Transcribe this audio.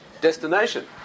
destination